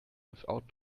without